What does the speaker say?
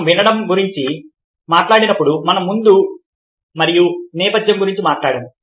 మనం వినడం గురించి మాట్లాడినప్పుడు మనం ముందు మరియు నేపథ్యం గురించి మాట్లాడాము